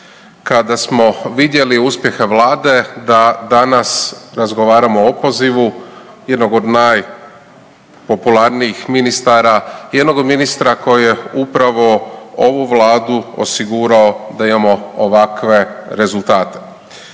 kada smo vidjeli uspjehe vlade da danas razgovaramo o opozivu jednog od najpopularnijih ministara, jednog od ministra koji je upravo ovu vladu osigurao da imamo ovakve rezultate.